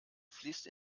fließt